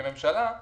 כממשלה,